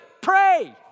Pray